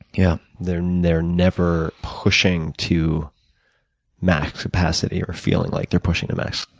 yeah. they're never pushing to max capacity or feeling like they're pushing to max.